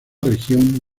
región